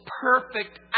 perfect